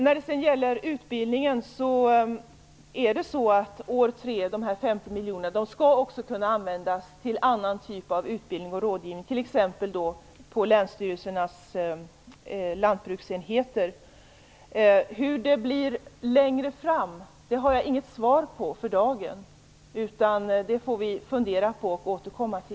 När det gäller utbildningen skall de 50 miljonerna också kunna användas till annan typ av utbildning och rådgivning, t.ex. på länsstyrelsernas lantbruksenheter. Hur det blir längre fram kan jag för dagen inte säga. Det får vi fundera på och återkomma om.